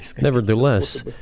nevertheless